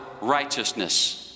righteousness